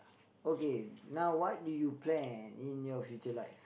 okay now what do you plan in your future life